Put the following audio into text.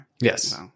Yes